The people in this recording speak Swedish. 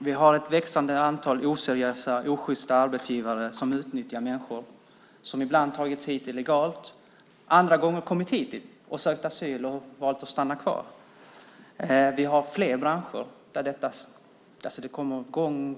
Vi har ett växande antal oseriösa, osjysta arbetsgivare som utnyttjar människor som ibland tagit sig hit illegalt, andra gånger kommit hit, sökt asyl och valt att stanna kvar. Vi har flera branscher där detta förekommer.